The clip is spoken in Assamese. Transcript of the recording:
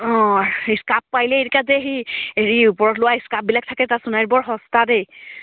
অঁ স্কাৰ্ফ পাৰিলে এনেকুৱা যে হেৰি ওপৰত লোৱা স্কাৰ্ফবিলাক থাকে তাত সোণাৰীত বৰ সস্তা দেই